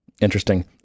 Interesting